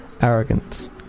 Arrogance